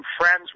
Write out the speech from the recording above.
friends